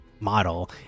model